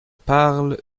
parle